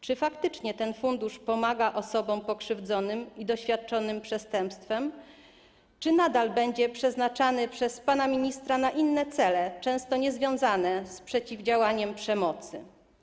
Czy faktycznie ten fundusz pomaga osobom pokrzywdzonym i doświadczonym przestępstwem, czy środki z funduszu nadal będą przeznaczane przez pana ministra na inne cele, często niezwiązane z przeciwdziałaniem przemocy?